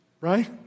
right